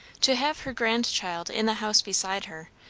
to have her grandchild in the house beside her,